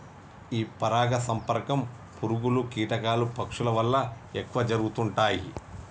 ఈ పరాగ సంపర్కం పురుగులు, కీటకాలు, పక్షుల వల్ల ఎక్కువ జరుగుతుంటాయి